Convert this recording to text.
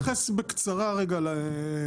אני אתייחס בקצרה רגע לעיקרון,